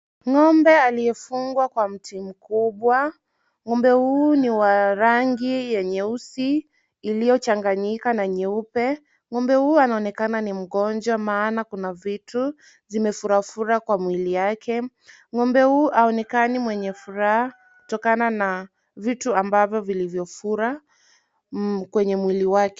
Ng'ombe aliyefungwa kwa mti mkubwa, ng'ombe huyu ni wa rangi ya nyeusi iliyochanganyika na nyeupe, ng'ombe huyu anaonekana ni mgonjwa maana kuna vitu vimefurafura kwa mwili yake, ng'ombe huu haonekani mwenye furaha kutokana na vitu ambavyo vilivyofura kwenye mwili wake.